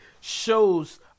shows